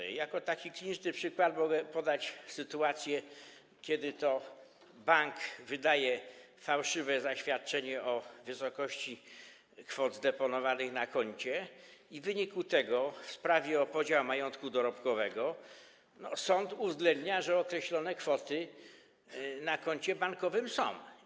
Jako taki kliniczny przykład mogę podać sytuację, kiedy to bank wydaje fałszywe zaświadczenie o wysokości kwot zdeponowanych na koncie i w wyniku tego w sprawie o podział majątku dorobkowego sąd uznaje, że określone kwoty na koncie bankowym są.